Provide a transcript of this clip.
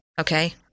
Okay